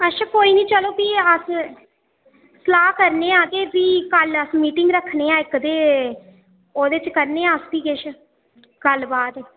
अच्छा कोई निं चलो भी अस सलाह् करने आं ते भी कल्ल अस मिटिंग रक्खने आं इक ते ओह्दे च करने आं अस भी किश गल्ल बात